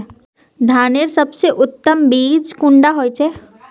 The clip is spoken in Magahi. धानेर सबसे उत्तम बीज कुंडा होचए?